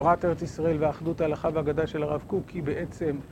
סברינה